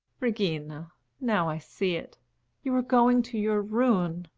regina now i see it you are going to your ruin.